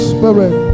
Spirit